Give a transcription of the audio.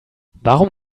warum